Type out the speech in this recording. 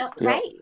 right